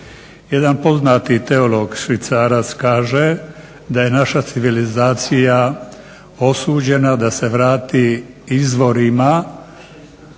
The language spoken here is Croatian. Jedan poznati teolog Švicarac kaže da je naša civilizacija osuđena da se vrati izvorima,